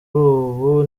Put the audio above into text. ubu